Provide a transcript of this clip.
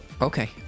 Okay